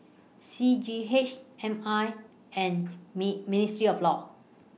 C G H M I and Me Ministry of law